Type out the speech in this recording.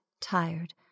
tired